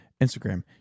Instagram